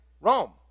Rome